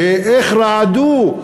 שרעדו,